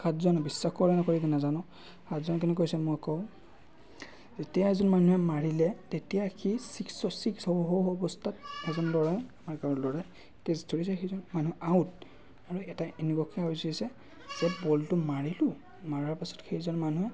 সাতজনক বিশ্বাস কৰেনে নকৰে এতিয়া নাজানো সাতজন কেনেকৈ হৈছে মই কওঁ যেতিয়া এজন মানুহে মাৰিলে তেতিয়া সি ছিক্সো ছিক্স হওঁ হওঁ অৱস্থাত এজন ল'ৰা আমাৰ গাঁৱৰ ল'ৰাই কেট্ছ ধৰিছে সেইজন মানুহ আউট আৰু এটাই এনেকুৱাকে ধৰিছে যে বলটো মাৰিলোঁ মাৰাৰ পাছত সেইজন মানুহ